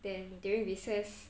then during recess